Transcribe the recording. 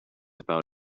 about